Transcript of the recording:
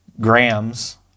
grams